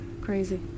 crazy